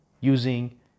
using